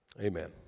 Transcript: Amen